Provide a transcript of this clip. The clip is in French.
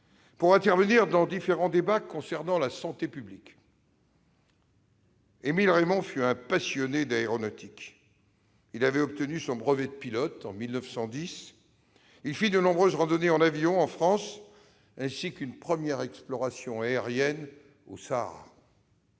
pour intervenir dans les différents débats concernant la santé publique. Émile Reymond fut un passionné d'aéronautique. Il avait obtenu son brevet de pilote en 1910. Il fit de nombreuses randonnées en avion en France, ainsi qu'une exploration aérienne du Sahara.